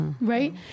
Right